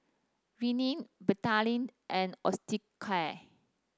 Rene Betadine and Osteocare